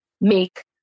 make